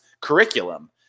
curriculum